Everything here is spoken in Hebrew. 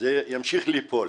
זה ימשיך ליפול.